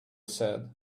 said